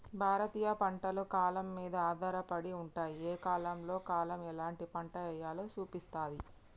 భారతీయ పంటలు కాలం మీద ఆధారపడి ఉంటాయి, ఏ కాలంలో కాలం ఎలాంటి పంట ఎయ్యాలో సూపిస్తాయి